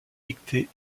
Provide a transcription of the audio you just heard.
dictée